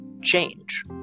change